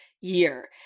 year